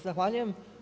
Zahvaljujem.